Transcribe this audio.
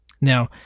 Now-